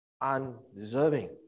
undeserving